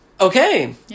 Okay